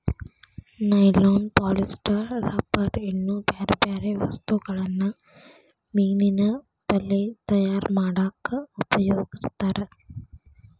nylon polyester rubber ಇನ್ನೂ ಬ್ಯಾರ್ಬ್ಯಾರೇ ವಸ್ತುಗಳನ್ನ ಮೇನಿನ ಬಲೇ ತಯಾರ್ ಮಾಡಕ್ ಉಪಯೋಗಸ್ತಾರ